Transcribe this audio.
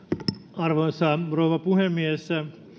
arvoisa rouva puhemies